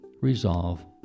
resolve